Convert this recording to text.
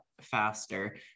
faster